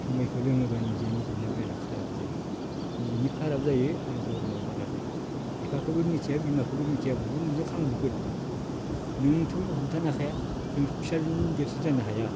जुमायखो लोङोब्ला निजि निजिनो ब्रेना खाराब जायो निजिनि खाराब जायो आरो गरमा बारा जायो बिफाखोबो मिथिया बिमाखोबो मिथिया बुग्लुं बुग्ला खालामजोबगोन नोंथ' हमथानो हाखाया जों फिसाजों नों देरसिन जानो हाया